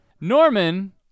Norman